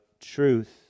truth